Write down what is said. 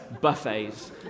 buffets